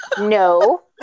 no